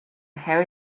harry